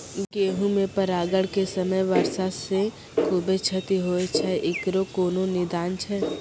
गेहूँ मे परागण के समय वर्षा से खुबे क्षति होय छैय इकरो कोनो निदान छै?